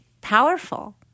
powerful